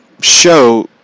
Show